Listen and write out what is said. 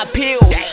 pills